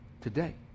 Today